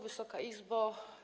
Wysoka Izbo!